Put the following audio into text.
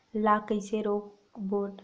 ला कइसे रोक बोन?